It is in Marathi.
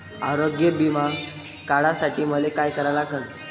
आरोग्य बिमा काढासाठी मले काय करा लागन?